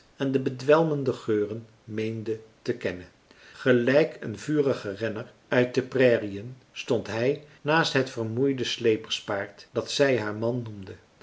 en de bedwelmende geuren meende te kennen gelijk een vurige renner uit de praimarcellus emants een drietal novellen rieen stond hij naast het vermoeide sleperspaard dat zij haar man noemde